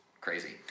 crazy